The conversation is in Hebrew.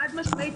חד משמעית.